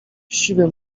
siwy